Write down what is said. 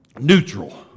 neutral